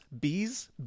Bees